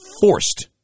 forced